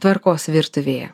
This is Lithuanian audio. tvarkos virtuvėje